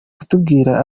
kutubwira